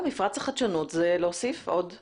מפרץ החדשנות הוא להוסיף עוד מקום.